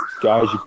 guys